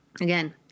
Again